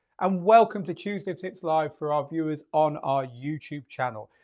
um welcome to tuesday tips live for our viewers on our youtube channel.